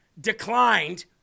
declined